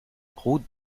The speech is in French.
route